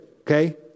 okay